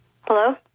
Hello